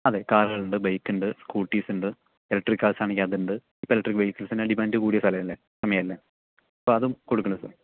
അതെ കാറുകളുണ്ട് ബൈക്ക് ഉണ്ട് സ്കൂട്ടീസ് ഉണ്ട് ഇലക്ട്രിക്ക് കാർസ് ആണെങ്കിൽ അതുണ്ട് ഇപ്പോൾ ഇലക്ട്രിക്ക് വെഹിക്കിൾസിൻ്റെ ഡിമാൻ്റ് കൂടിയ സ്ഥലം അല്ലേ സമയം അല്ലേ ഇപ്പോൾ അതും കൊടുക്കുന്നുണ്ട് സർ